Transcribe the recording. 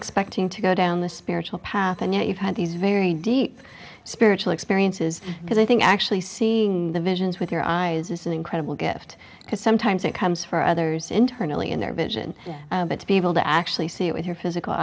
expecting to go down the spiritual path and yet you've had these very deep spiritual experiences because i think actually seeing the visions with your eyes is an incredible gift because sometimes it comes for others internally in their vision but to be able to actually see it with your physical